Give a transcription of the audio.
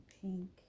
pink